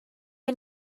ein